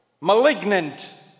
malignant